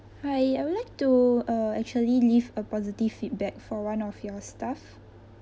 hi I would like to uh actually leave a positive feedback for one of your staff